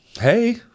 Hey